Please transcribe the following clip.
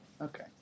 okay